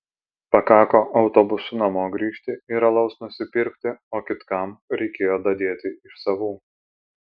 pakako autobusu namo grįžti ir alaus nusipirkti o kitkam reikėjo dadėti iš savų